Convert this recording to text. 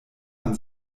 man